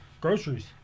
Groceries